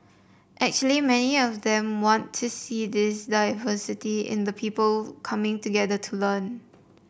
actually many of them want to see this diversity in the people coming together to learn